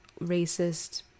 racist